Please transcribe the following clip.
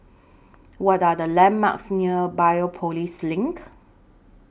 What Are The landmarks near Biopolis LINK